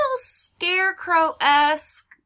scarecrow-esque